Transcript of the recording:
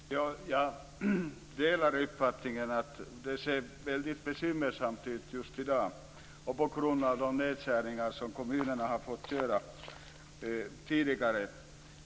Fru talman! Jag delar uppfattningen att det ser väldigt bekymmersamt ut just i dag, på grund av de nedskärningar som kommunerna har fått göra tidigare.